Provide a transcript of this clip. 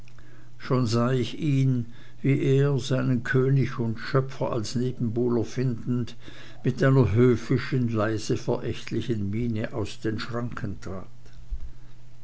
schon sah ich ihn wie er seinen könig und schöpfer als nebenbuhler findend mit einer höfischen leise verächtlichen miene aus den schranken trat